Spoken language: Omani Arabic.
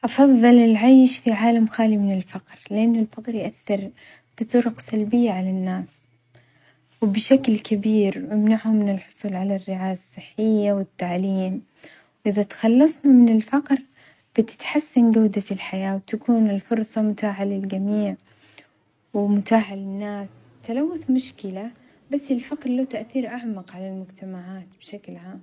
أفظل العيش في عالم خالي من الفقر، لأن الفقر يأثر بطرق سلبية على الناس، وبشكل كبير يمنعهم من الحصول على الرعاية الصحية والتعليم، وإذا تخلصنا من الفقر بتتحسن جودة الحياة وتكون الفرصة متاحة للجميع ومتاحة للناس، التلوث مشكلة بس الفقر له تأثير أعمق على المجتمعات بشكل عام.